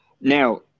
Now